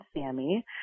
Sammy